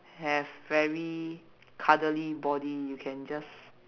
have very cuddly body you can just